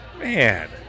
Man